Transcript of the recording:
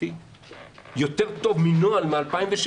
בוודאי.